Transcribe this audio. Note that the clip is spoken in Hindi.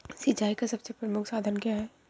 सिंचाई का सबसे प्रमुख साधन क्या है?